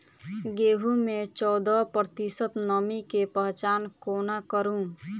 गेंहूँ मे चौदह प्रतिशत नमी केँ पहचान कोना करू?